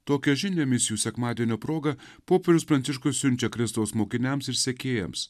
tokia žinia misijų sekmadienio proga popiežius pranciškus siunčia kristaus mokiniams ir sekėjams